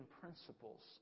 principles